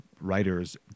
writers